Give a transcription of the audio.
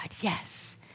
Yes